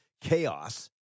chaos